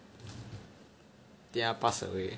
maybe 他 pass away